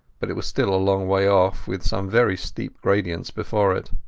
but it was still a long way off with some very steep gradients before it.